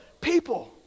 People